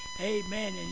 Amen